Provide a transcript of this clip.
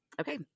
Okay